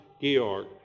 Georg